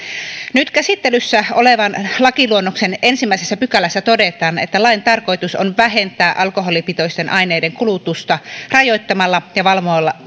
nyt käsittelyssä olevan lakiluonnoksen ensimmäisessä pykälässä todetaan että lain tarkoitus on vähentää alkoholipitoisten aineiden kulutusta rajoittamalla ja valvomalla